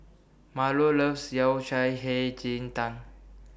Marlo loves Yao Cai Hei Ji Tang